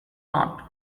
not